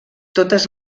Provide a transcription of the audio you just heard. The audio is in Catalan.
totes